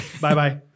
Bye-bye